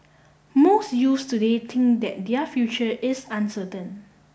most youths today think that their future is uncertain